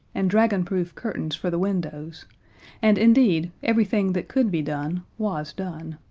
and dragonproof curtains for the windows and indeed, everything that could be done was done.